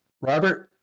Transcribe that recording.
Robert